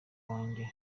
wanjye